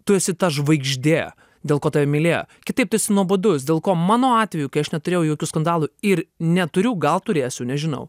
tu esi ta žvaigždė dėl ko tave mylėjo kitaip tu esi nuobodus dėl ko mano atveju kai aš neturėjau jokių skandalų ir neturiu gal turėsiu nežinau